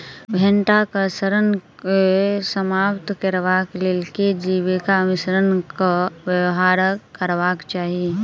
भंटा केँ सड़न केँ समाप्त करबाक लेल केँ जैविक मिश्रण केँ व्यवहार करबाक चाहि?